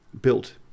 built